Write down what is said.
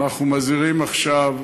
ואנחנו מזהירים עכשיו,